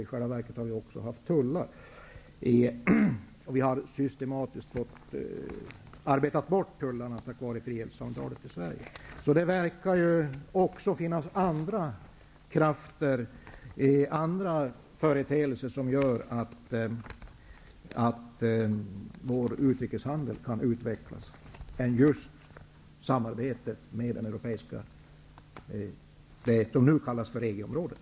I själva verket har vi också haft tullar, medan vi systematiskt har fått arbeta bort tullarna gentemot länder i Europa på grund av frihandelsavtalet. Så det verkar finnas andra företeelser som gör att vår utrikeshandel kan utvecklas än just samarbete med det som nu kallas för EG-området.